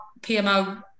PMO